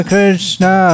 Krishna